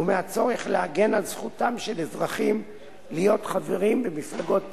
ומהצורך להגן על זכותם של אזרחים להיות חברים במפלגות פוליטיות.